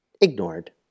Ignored